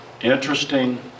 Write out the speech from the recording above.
interesting